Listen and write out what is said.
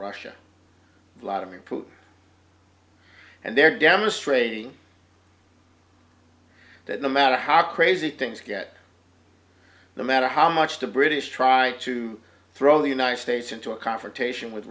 putin and they're demonstrating that no matter how crazy things get the matter how much the british try to throw the united states into a confrontation with